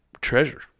treasure